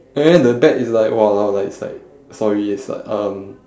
and then the back is like !walao! like it's like sorry it's like um